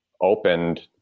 opened